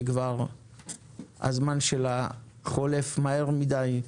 שכבר הזמן שלה חולף מהר מידי,